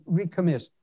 recommit